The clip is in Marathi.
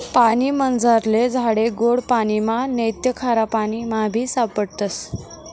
पानीमझारला झाडे गोड पाणिमा नैते खारापाणीमाबी सापडतस